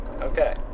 Okay